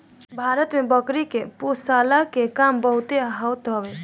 भारत में बकरी के पोषला के काम बहुते होत हवे